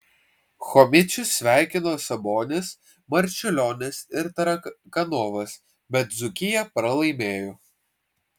chomičių sveikino sabonis marčiulionis ir tarakanovas bet dzūkija pralaimėjo